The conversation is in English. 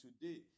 today